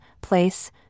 Place